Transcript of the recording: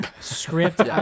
script